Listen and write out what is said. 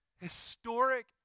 historic